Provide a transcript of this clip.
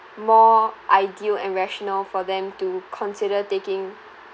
more ideal and rational for them to consider taking